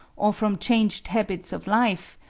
or from changed habits of life,